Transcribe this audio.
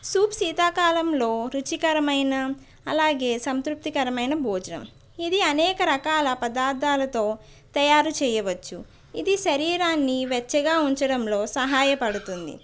soup శీతాకాలంలో రుచికరమైన అలాగే సంతృప్తికరమైన భోజనం ఇది అనేక రకాల పదార్థాలతో తయారు చేయవచ్చు ఇది శరీరాన్ని వెచ్చగా ఉంచడంలో సహాయపడుతుంది